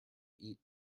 eat